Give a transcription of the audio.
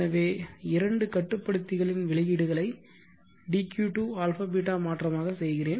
எனவே இரண்டு கட்டுப்படுத்திகளின் வெளியீடுகளை dq to αβ மாற்றமாக செய்கிறேன்